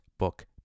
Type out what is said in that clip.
Book